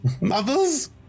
Mothers